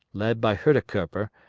led by huidekoper,